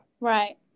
Right